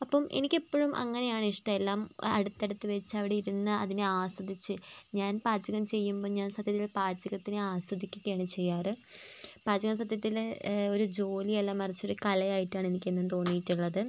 അപ്പം എനിക്കെപ്പോഴും അങ്ങനെയാണ് ഇഷ്ടം എല്ലാം അടുത്തടുത്ത് വെച്ച് അവിടെ ഇരുന്ന് അതിനെ ആസ്വദിച്ച് ഞാൻ പാചകം ചെയ്യുമ്പം ഞാൻ സത്യത്തിൽ പാചകത്തിനെ ആസ്വദിക്കുകയാണ് ചെയ്യാറ് പാചകം സത്യത്തിൽ ഒരു ജോലിയല്ല മറിച്ച് ഒരു കലയായിട്ടാണ് എനിക്കെന്നും തോന്നീട്ടുള്ളത്